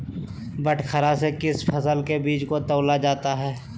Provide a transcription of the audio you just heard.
बटखरा से किस फसल के बीज को तौला जाता है?